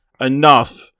enough